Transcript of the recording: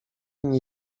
nie